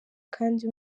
kandi